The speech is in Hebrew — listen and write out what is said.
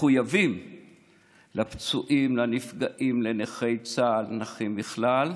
מחויבים לפצועים, לנפגעים, לנכי צה"ל, לנכים בכלל,